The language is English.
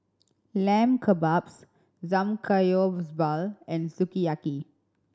Lamb Kebabs Samgeyopsal and Sukiyaki